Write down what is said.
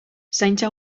zaintza